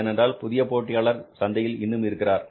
ஏனென்றால் புதிய போட்டியாளர் சந்தையில் இன்னும் இருக்கிறார்